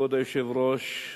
כבוד היושב-ראש,